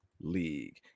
League